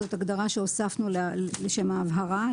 זאת הגדרה שהוספנו לשם ההבהרה.